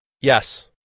Yes